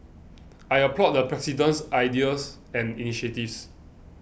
I applaud the President's ideas and initiatives